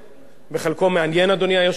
חלקו פחות מעניין,